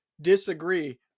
disagree